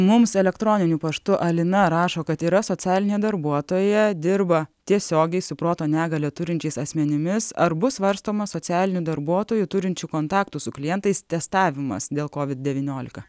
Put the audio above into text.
mums elektroniniu paštu alina rašo kad yra socialinė darbuotoja dirba tiesiogiai su proto negalią turinčiais asmenimis ar bus svarstomas socialinių darbuotojų turinčių kontaktų su klientais testavimas dėl kovid devyniolika